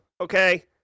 okay